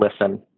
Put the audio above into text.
listen